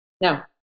No